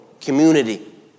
community